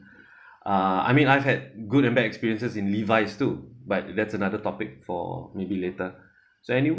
uh I mean I've had good and bad experiences in levi's too but that's another topic for maybe later so any